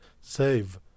save